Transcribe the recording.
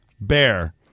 bear